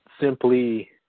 simply